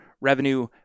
Revenue